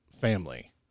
family